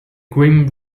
grim